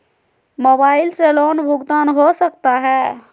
Mobile से loan भुगतान हो सकता है?